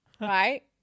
Right